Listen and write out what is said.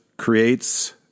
creates